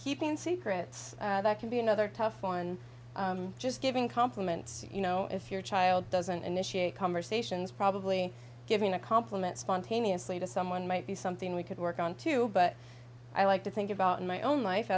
keeping secrets can be another tough one just giving compliments you know if your child doesn't initiate conversations probably giving a compliment spontaneously to someone might be something we could work on to but i like to think about my own life